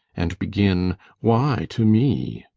and begin why to me